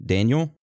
Daniel